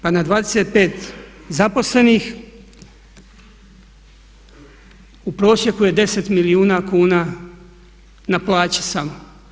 Pa na 25 zaposlenih u prosjeku je 10 milijuna kuna na plaći samo.